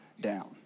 down